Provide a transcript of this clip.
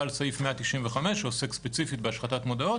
על סעיף 195 שעוסק ספציפית בהשחתת מודעות